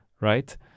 right